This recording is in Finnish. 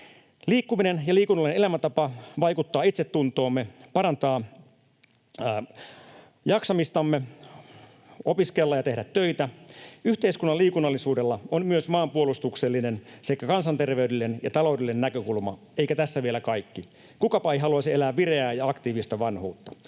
Liikkuminen ja liikunnallinen elämäntapa vaikuttaa itsetuntoomme, parantaa jaksamistamme, kykyä opiskella ja tehdä töitä. Yhteiskunnan liikunnallisuudella on myös maanpuolustuksellinen sekä kansanterveydellinen ja taloudellinen näkökulma. Eikä tässä vielä kaikki — kukapa ei haluaisi elää vireää ja aktiivista vanhuutta.